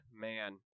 Man